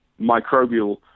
microbial